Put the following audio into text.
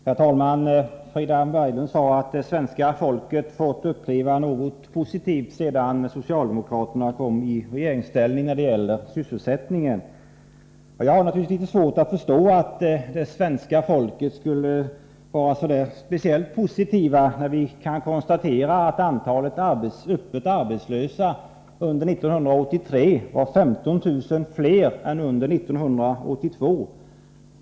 Herr talman! Frida Berglund sade att det svenska folket fått uppleva något positivt när det gäller sysselsättningen sedan socialdemokraterna kom i regeringsställning. Jag har naturligtvis litet svårt att förstå att det svenska folket skulle uppleva det som speciellt positivt, när man kan konstatera att antalet öppet arbetslösa under 1983 var 15 000 fler än under 1982.